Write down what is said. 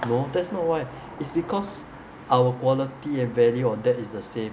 no that's not why is because our quality and value on that is the same